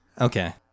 okay